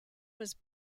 was